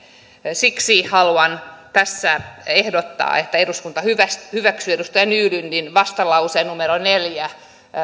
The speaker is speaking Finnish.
siksi haluan tässä ehdottaa että eduskunta hyväksyy hyväksyy edustaja nylundin vastalauseen numero neljä